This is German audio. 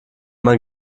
man